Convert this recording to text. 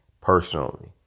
personally